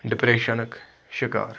ڈِپرٛیٚشَنُک شکار